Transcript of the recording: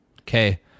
Okay